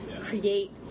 create